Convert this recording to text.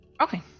okay